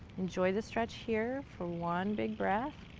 enjoy the stretch here for one big breath.